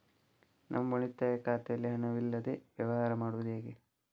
ನಮ್ಮ ಉಳಿತಾಯ ಖಾತೆಯಲ್ಲಿ ಹಣವಿಲ್ಲದೇ ವ್ಯವಹಾರ ಮಾಡುವುದು ಹೇಗೆ?